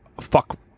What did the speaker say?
fuck